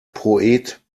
poet